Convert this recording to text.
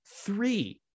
three